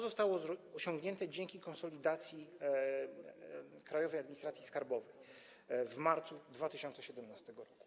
Zostało to osiągnięte dzięki konsolidacji Krajowej Administracji Skarbowej w marcu 2017 r.